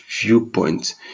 viewpoint